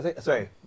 Sorry